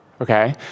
okay